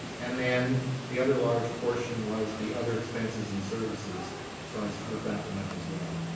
and then the other large portion was the other expenses and services so i split that one up as well.